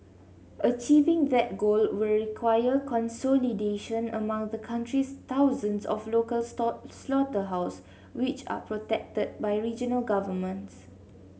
achieving that goal will require consolidation among the country's thousands of local slaughterhouse which are protected by regional governments